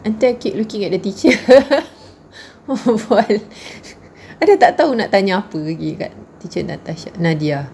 nanti I keep looking at the teacher while I dah tak tahu nak tanya apa lagi dekat teacher natas~ nadia